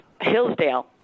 Hillsdale